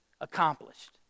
accomplished